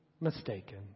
mistaken